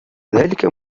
ذلك